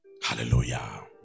Hallelujah